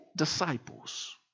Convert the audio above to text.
Disciples